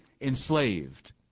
enslaved